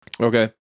Okay